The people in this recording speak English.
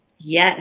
Yes